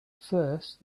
first